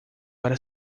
para